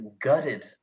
gutted